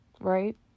Right